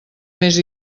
més